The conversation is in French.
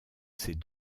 ses